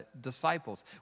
disciples